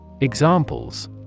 Examples